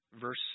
Verse